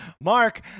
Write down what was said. Mark